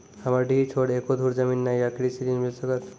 हमरा डीह छोर एको धुर जमीन न या कृषि ऋण मिल सकत?